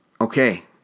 Okay